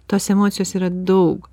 tos emocijos yra daug